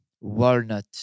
walnut